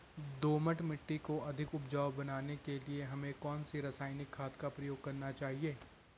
दोमट मिट्टी को अधिक उपजाऊ बनाने के लिए हमें कौन सी रासायनिक खाद का प्रयोग करना चाहिए?